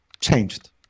changed